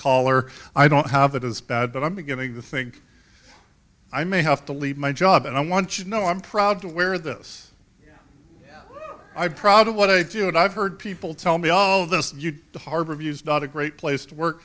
collar i don't have that as bad but i'm beginning to think i may have to leave my job and i want you know i'm proud to wear this i probably what i do and i've heard people tell me all of this you harbor views not a great place to work